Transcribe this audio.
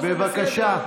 בבקשה.